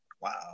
Wow